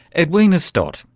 edwina stott,